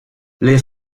les